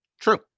True